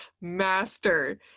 master